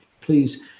Please